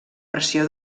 pressió